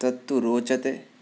तत्तु रोचते